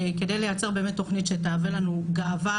כדי לייצר באמת תוכנית שתהווה לנו גאווה,